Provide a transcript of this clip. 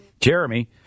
Jeremy